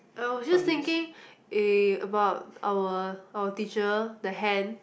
I was just thinking eh about our our teacher the hand